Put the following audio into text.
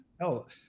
hell